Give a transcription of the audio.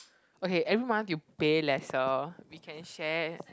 okay every month you pay lesser we can share